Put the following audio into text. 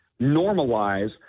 normalize